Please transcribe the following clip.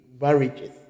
marriages